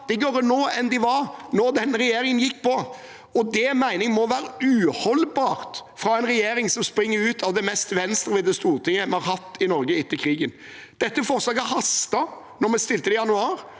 fattigere nå enn de var da denne regjeringen gikk på. Det mener jeg må være uholdbart fra en regjering som springer ut av det mest venstrevridde Stortinget vi har hatt i Norge etter krigen. Dette forslaget hastet da vi fremmet det i januar,